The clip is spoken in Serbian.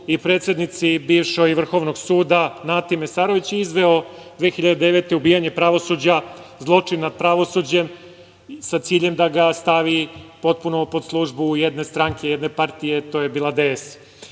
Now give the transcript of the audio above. i predsednici bivšoj Vrhovnog suda Nati Mesarović i izveo 2009. ubijanje pravosuđa, zločin nad pravosuđem sa ciljem da ga stavi potpuno pod službu jedne stranke, jedne partije, to je bila DS.Taj